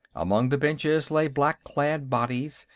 among the benches lay black-clad bodies,